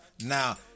Now